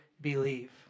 believe